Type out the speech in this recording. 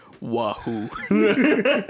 Wahoo